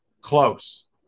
Close